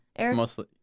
mostly